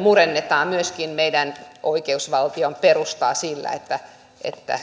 murennetaan myöskin meidän oikeusvaltion perustaa sillä että että